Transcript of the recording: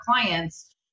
clients